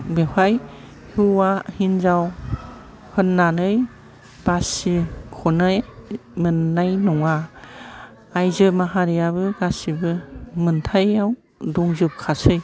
बेवहाय हौवा हिनजाव होननानै बासि ख'नो मोननाय नङा आयजो माहारियाबो गासैबो मोनथाइयाव दंजोबखासै